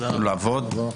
תודה רבה.